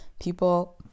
People